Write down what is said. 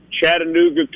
Chattanooga